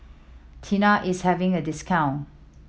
Tena is having a discount